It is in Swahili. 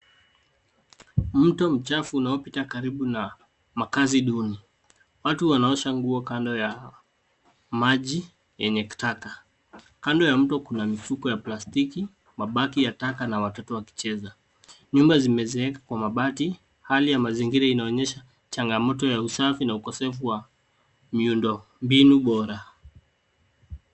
Mto mchafu unaopita karibu na makazi duni. Watu wanaosha nguo kando ya maji yenye taka. Kando ya mto kuna mifuko ya plastiki, mabaki ya taka na watoto wakicheza. Nyumba zimeezeka kwa mabati, hali ya mazingira inaonyesha changamoto ya usafi na ukosefu wa miundombinu bora.